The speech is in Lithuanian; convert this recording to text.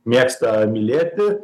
mėgsta mylėti